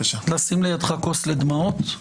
נשים לידך כוס לדמעות?